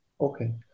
Okay